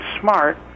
smart